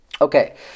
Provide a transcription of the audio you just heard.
Okay